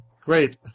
Great